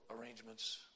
arrangements